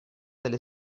delle